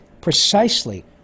precisely